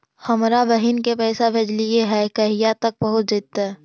हमरा बहिन के पैसा भेजेलियै है कहिया तक पहुँच जैतै?